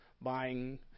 buying